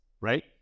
right